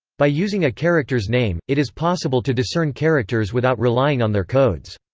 by using a character's name, it is possible to discern characters without relying on their codes.